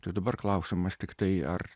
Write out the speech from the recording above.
tai dabar klausimas tiktai ar